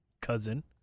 cousin